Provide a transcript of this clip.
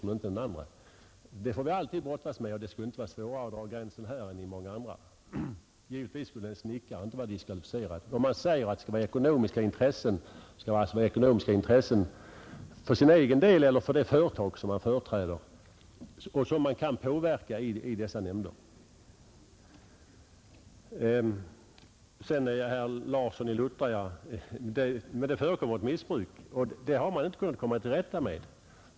Detta problem med gränsdragningen får vi alltid brottas med, och det kan väl inte vara svårare att dra en gräns i detta fall än i många andra. Givetvis skulle en snickare inte vara diskvalificerad att sitta i en byggnadseller fastighetsnämnd. När man talar om ekonomiska intressen skall det gälla ekonomiska intressen för personens egen del eller för det företag som han företräder, intressen som kan påverkas genom arbetet i dessa nämnder. Det förekommer missbruk, herr Larsson i Luttra, och det har man inte kunnat komma till rätta med.